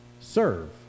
serve